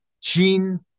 gene